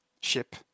ship